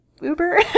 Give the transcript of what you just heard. uber